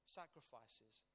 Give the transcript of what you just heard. sacrifices